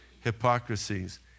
hypocrisies